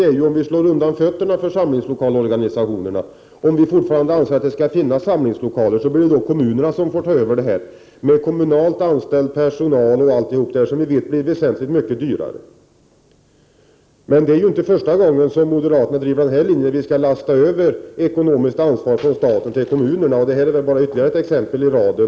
Om man slår undan benen på samlingslokalsorganisationerna men fortfarande anser att det skall finnas samlingslokaler är alternativet att kommunerna får ta över denna verksamhet med kommunalt anställd personal, m.m., vilket vi vet blir väsentligt mycket dyrare. Men det är inte första gången som moderaterna driver denna linje, dvs. att staten skall lasta över det ekonomiska ansvaret på kommunerna. Och det här är väl bara ytterligare ett exempel i raden.